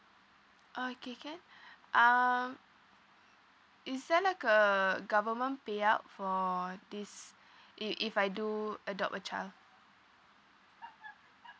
okay can um is there like a government payout for this if if I do adopt a child